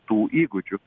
tų įgūdžių